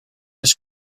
his